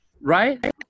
right